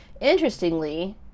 Interestingly